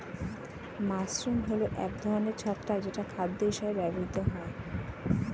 mushroom হল এক ধরনের ছত্রাক যেটা খাদ্য হিসেবে ব্যবহৃত হয়